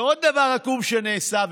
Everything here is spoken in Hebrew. ועוד דבר עקום שנעשה,